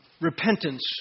repentance